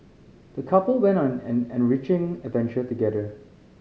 the couple went on an enriching adventure together